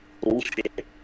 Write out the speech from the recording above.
bullshit